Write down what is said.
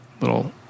little